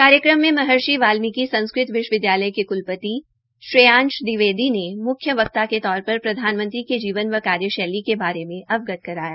कार्यक्रम में महर्षि वाल्मीकि संस्कृत विश्वविद्यालय के क्लपति श्रेयांश दिवेदी ने म्ख्य वक्ता के तौर पर प्रधानमंत्री क जीवन व कार्यशैली के बारे में अवगत कराया